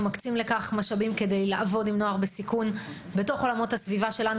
אנחנו מקצים משאבים לעבודה עם נוער בסיכון בתוך עולמות הסביבה שלנו